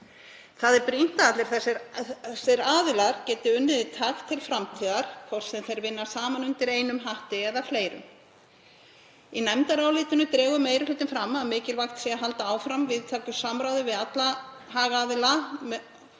er að allir þessir aðilar geti unnið í takt til framtíðar, hvort sem þeir vinna saman undir einum hatti eða fleirum. Í nefndarálitinu dregur meiri hlutinn fram að mikilvægt sé að halda áfram víðtæku samráði við alla hagaðila.